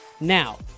Now